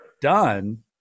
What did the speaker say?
done